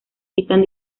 citan